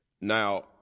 Now